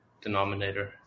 denominator